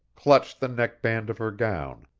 clutched the neckband of her gown.